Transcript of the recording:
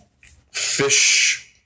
fish